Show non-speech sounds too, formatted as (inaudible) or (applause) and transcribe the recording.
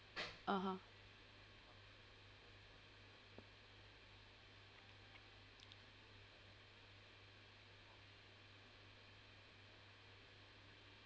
(uh huh) (noise)